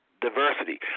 diversity